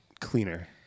cleaner